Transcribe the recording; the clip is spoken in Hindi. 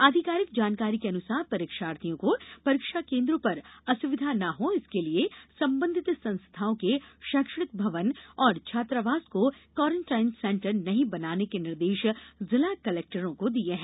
आधिकारिक जानकारी के अनुसार परीक्षार्थियों को परीक्षा केन्द्रों पर असुविधा न हो इसके लिये संबंधित संस्थाओं के शैक्षणिक भवन और छात्रावास को कोरोंटीन सेंटर नहीं बनाने के निर्देश जिला कलेक्टरों को दिये हैं